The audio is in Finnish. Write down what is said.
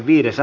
asia